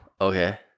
Okay